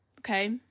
okay